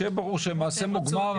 שיהיה ברור שהם מעשה מוגמר.